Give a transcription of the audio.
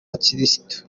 gikirisitu